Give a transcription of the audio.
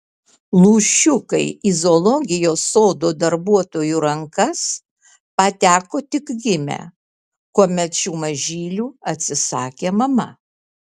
lūšiukai į zoologijos sodo darbuotojų rankas pateko tik gimę kuomet šių mažylių atsisakė mama